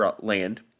land